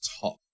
top